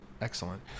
Excellent